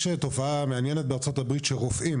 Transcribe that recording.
יש תופעה מעניינת בארצות הברית שרופאים